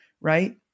right